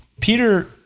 Peter